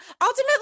Ultimately